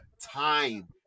time